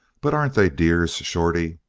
but aren't they dears, shorty?